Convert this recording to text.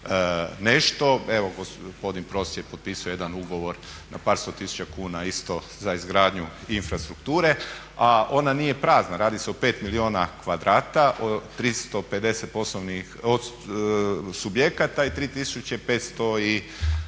nešto. Evo gospodin Pros je potpisao jedan ugovor na par sto tisuća kuna isto za izgradnju infrastrukture, a ona nije prazna. Radi se o pet milijuna kvadrata, o 350 poslovnih subjekata i 3500